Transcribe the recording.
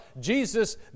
Jesus